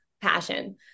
passion